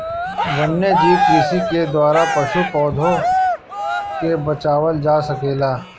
वन्यजीव कृषि के द्वारा पशु, पौधा के बचावल जा सकेला